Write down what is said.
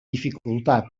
dificultat